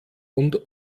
und